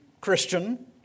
Christian